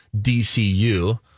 DCU